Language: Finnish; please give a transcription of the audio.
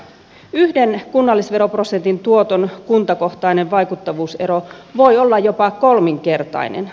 yhden kunnallisveroprosentin tuoton kuntakohtainen vaikuttavuusero voi olla jopa kolminkertainen